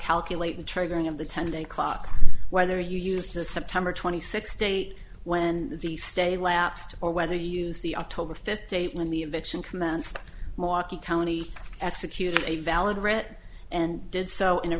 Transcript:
calculate the triggering of the ten day clock whether you use the september twenty sixth day when the stay lapsed or whether you use the october fifth date when the invention commenced maki county executed a valid read and did so in a